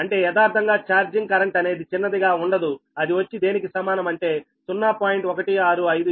అంటే యదార్ధంగా charging current అనేది చిన్నదిగా ఉండదు అది వచ్చి దేనికి సమానం అంటే 0